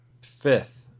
fifth